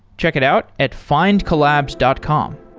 check it out at findcollabs dot com.